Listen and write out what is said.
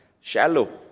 shallow